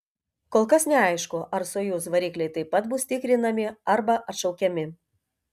kol kas neaišku ar sojuz varikliai taip pat bus tikrinami arba atšaukiami